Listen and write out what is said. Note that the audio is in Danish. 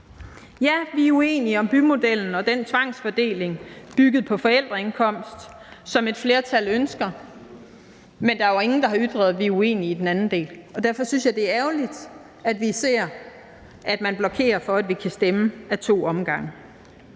Ja, vi er uenige om bymodellen og den tvangsfordeling bygget på forældreindkomst, som et flertal ønsker, men der er ingen, der har ytret, at vi er uenige i den anden del, og derfor synes jeg, det er ærgerligt, at vi ser, at man blokerer for, at vi kan stemme ad to omgange.